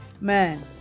man